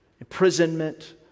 imprisonment